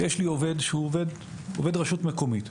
יש לי עובד שהוא עובד רשות מקומית,